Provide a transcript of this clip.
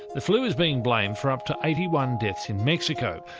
the flu is being blamed for um to eighty one deaths in mexico.